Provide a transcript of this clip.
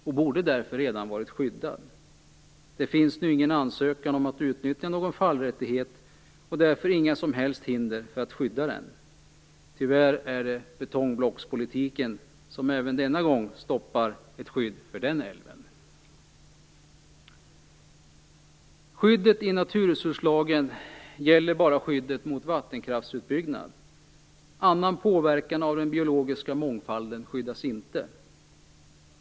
Den borde redan ha varit skyddad. Det finns nu ingen ansökan om att utnyttja någon fallrättighet och därför inga som helst hinder för att skydda den. Tyvärr är det betongblockspolitiken som även denna gång stoppar ett skydd för denna älv. Skyddet enligt naturresurslagen gäller bara mot vattenkraftsutbyggnad. Skydd mot annan påverkan av den biologiska mångfalden ges inte.